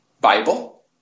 Bible